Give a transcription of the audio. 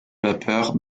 vapeurs